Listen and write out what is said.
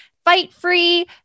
fight-free